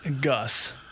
Gus